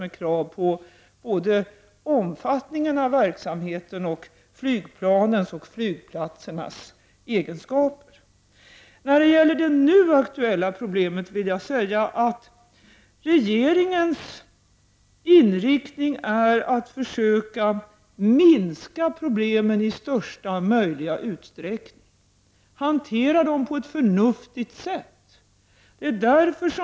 Det finns krav på både omfattningen av verksamheten och flygplanens och flygplatsernas egenskaper. När det gäller det nu aktuella problemet vill jag säga att regeringens inriktning är att försöka minska problemen i största möjliga utsträckning, att hantera dem på ett förnuftigt sätt.